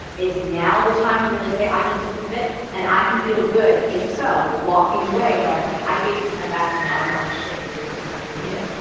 is now the time to really say, i need to pivot, and i can feel good, if so, walking away going like, i gave this my best, and now i want to shift and think of something new.